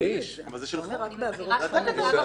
בעצם גיבוי